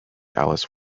alice